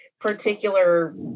particular